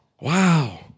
Wow